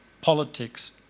politics